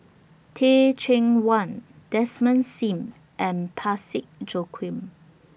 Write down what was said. Teh Cheang Wan Desmond SIM and Parsick Joaquim